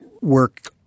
work